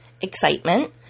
excitement